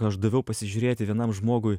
aš daviau pasižiūrėti vienam žmogui